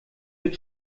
wird